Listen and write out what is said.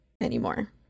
anymore